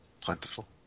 Plentiful